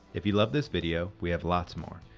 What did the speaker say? if you love this video we have lots more.